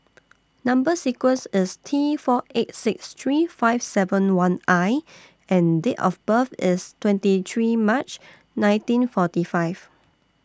Number sequence IS T four eight six three five seven one I and Date of birth IS twenty three March nineteen forty five